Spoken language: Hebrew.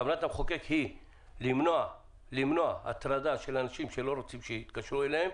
כוונת המחוקק היא למנוע הטרדה של אנשים שלא רוצים שיתקשרו אליהם.